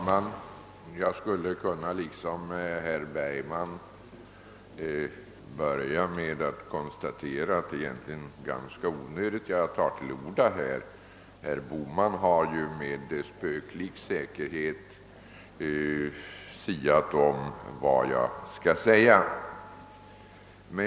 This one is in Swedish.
Herr talman! Liksom herr Bergman skulle jag kunna börja med att konstatera att det egentligen är ganska onödigt att ta till orda, eftersom herr Bohman med spöklik säkerhet siat om vad jag kommer att säga.